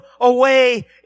away